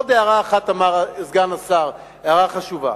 עוד הערה אחת אמר סגן השר, הערה חשובה,